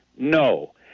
No